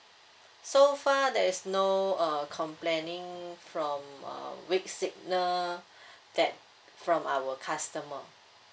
so far there's no err complaining from uh weak signal that from our customer